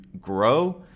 grow